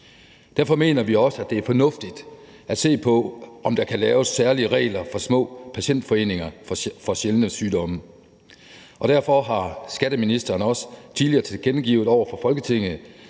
Derfor mener vi også, det er fornuftigt at se på, om der kan laves særlige regler for små patientforeninger for sjældne sygdomme. Derfor har skatteministeren også tidligere tilkendegivet over for Folketinget,